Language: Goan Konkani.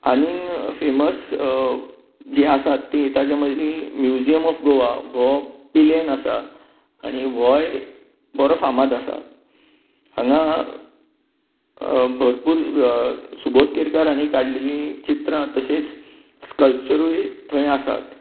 आनीक फेमस जी आसात ते म्हणजे म्यूजियम ऑफ गोवा हो पिलेर्ण आसा आनी होवूय बरो फार्माद आसा हांगा भरपूर सुबोद केरकर हांणी काडलेली चित्रां तशेंत स्कल्पचरुय थंय आसात